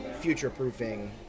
future-proofing